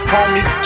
Homie